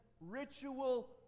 ritual